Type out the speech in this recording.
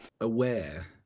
aware